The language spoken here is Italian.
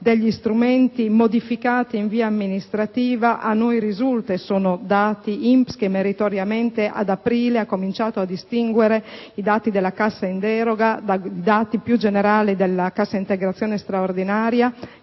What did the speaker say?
degli strumenti modificati in via amministrativa, a noi risulta - e sono dati INPS, che meritoriamente ad aprile ha cominciato a distinguere i dati della Cassa in deroga da quelli più generali della Cassa integrazione straordinaria